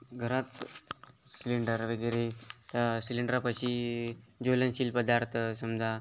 घरात सिलेंडर वगैरे त्या सिलेंडरापाशी ज्वलनशील पदार्थ समजा